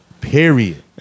Period